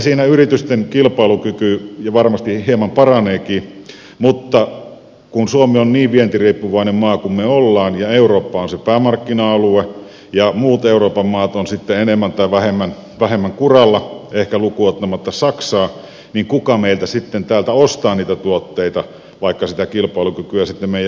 siinä yritysten kilpailukyky varmasti hieman paraneekin mutta kun suomi on niin vientiriippuvainen maa kuin me olemme ja eurooppa on se päämarkkina alue ja muut euroopan maat ovat sitten enemmän tai vähemmän kuralla ehkä lukuun ottamatta saksaa niin kuka meiltä sitten täältä ostaa niitä tuotteita vaikka sitä kilpailukykyä sitten meidän yrityksillä olisi